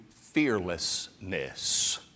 fearlessness